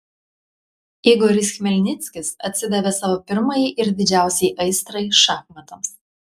igoris chmelnickis atsidavė savo pirmajai ir didžiausiai aistrai šachmatams